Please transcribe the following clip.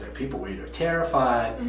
people were either terrified.